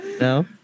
No